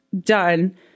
done